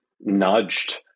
nudged